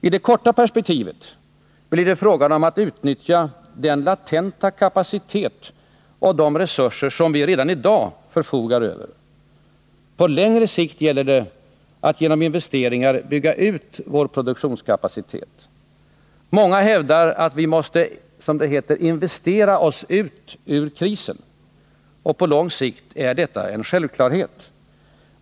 I det korta perspektivet blir det fråga om att utnyttja den latenta kapacitet och de resurser som vi redan i dag förfogar över. På längre sikt gäller det att genom investeringar bygga ut vår produktionskapacitet. Många hävdar att vi måste — som det heter — investera oss ut ur krisen. Och på lång sikt är detta en självklarhet.